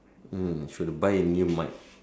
hmm should've buy a new mic